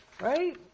Right